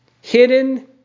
Hidden